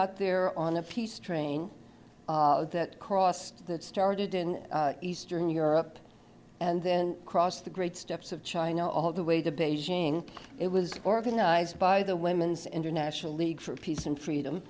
got there on a peace train that crossed that started in eastern europe and then crossed the great steps of china all the way to beijing it was organized by the women's international league for peace and freedom